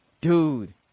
Dude